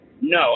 No